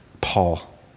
Paul